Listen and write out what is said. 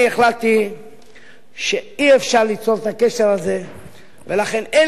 אני החלטתי שאי-אפשר ליצור את הקשר הזה ולכן אין